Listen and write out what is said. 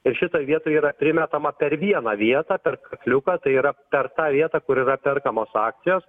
ir šitoj vietoj yra primetama per vieną vietą per kakliuką tai yra per tą vietą kur yra perkamos akcijos